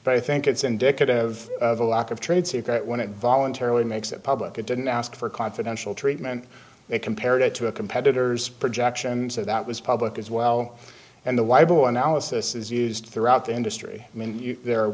but i think it's indicative of a lack of trade secret when it voluntarily makes it public it didn't ask for confidential treatment it compared it to a competitor's projection and so that was public as well and the weibo analysis is used throughout the industry i mean there